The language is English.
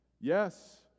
yes